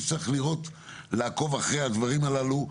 צריך לעקוב אחרי הדברים הללו.